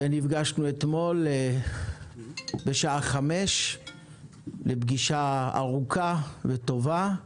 ונפגשנו אתמול בשעה 17:00 לפגישה ארוכה וטובה,